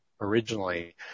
originally